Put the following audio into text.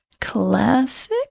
classic